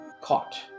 caught